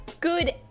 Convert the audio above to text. good